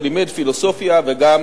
ולימד פילוסופיה וגם